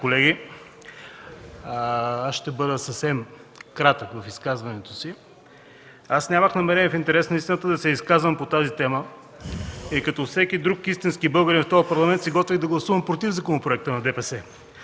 колеги, ще бъда съвсем кратък в изказването си. В интерес на истината нямах намерение да се изказвам по тази тема и като всеки друг истински българин в този Парламент се готвех да гласувам „против” законопроекта на ДПС.